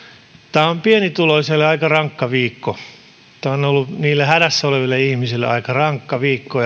tämä on pienituloiselle aika rankka viikko tämä on ollut niille hädässä oleville ihmisille aika rankka viikko